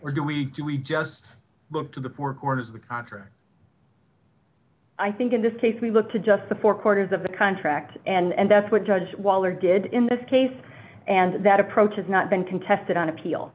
or do we just look to the four corners of the contract i think in this case we look to just the four corners of the contract and that's what judge waller did in this case and that approach has not been contested on appeal